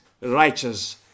righteous